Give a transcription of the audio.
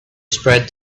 spread